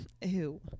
Ew